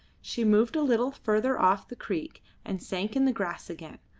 she moved a little further off the creek and sank in the grass again,